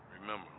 remember